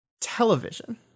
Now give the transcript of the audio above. Television